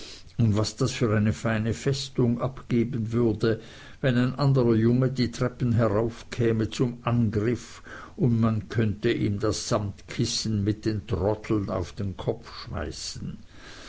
und was das für eine feine festung abgeben würde wenn ein anderer junge die treppen heraufkäme zum angriff und man könnte ihm das samtkissen mit den troddeln auf den kopf schmeißen